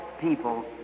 people